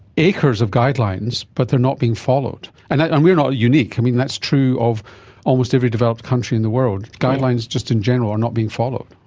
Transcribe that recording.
acres of guidelines but they are not being followed. and and we are not unique. i mean, that's true of almost every developed country in the world. guidelines just in general are not being followed.